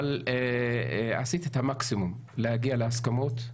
אבל עשיתי את המקסימום להגיע להסכמות,